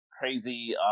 crazy